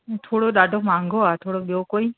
थोरो ॾाढो मंहागो आहे थोरो ॿियो कोई